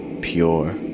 pure